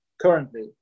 currently